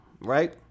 right